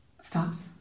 stops